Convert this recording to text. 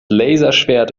laserschwert